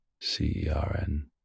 C-E-R-N